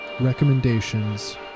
Recommendations